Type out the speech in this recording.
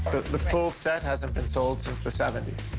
the full set hasn't been sold since the seventy